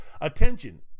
attention